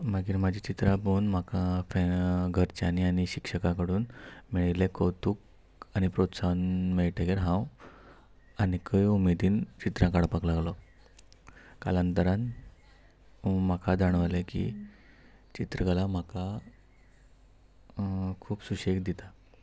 मागीर म्हजी चित्रां पळोवोन म्हाका घरच्यांनी आनी शिक्षकां कडून मेळिल्लें कौतूक आनी प्रोत्साहन मेळटगीर हांव आनीकय उमेदीन चित्रां काडपाक लागलो कालांतरान म्हाका जाणवलें की चित्रकला म्हाका खूब सुशेग दिता